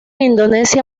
indonesia